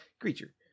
Creature